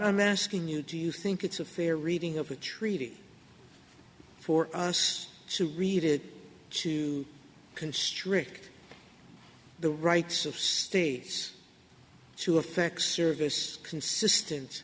i'm asking you do you think it's a fair reading of the treaty for us to read it to constrict the rights of states to affect service consistent